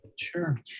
Sure